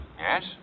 Yes